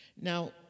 Now